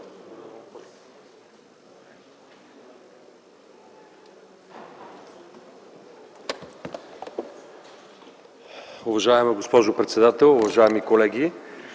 уважаема госпожо председател, уважаеми колеги,